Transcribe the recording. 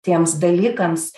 tiems dalykams